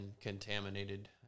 contaminated